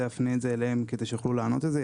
אפנה את זה אליהם כדי שהם יוכלו לענות על זה,